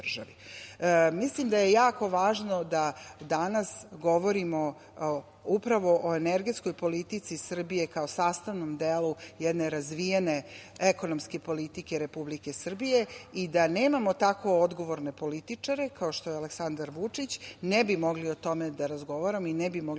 državi. Mislim da je jako važno da danas govorimo upravo o energetskoj politici Srbije, kao sastavnom delu jedne razvijene ekonomske politike Republike Srbije i da nemamo tako odgovorne političare, kao što je Aleksandar Vučić, ne bi mogli o tome da razgovaramo i ne bi mogli